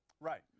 Right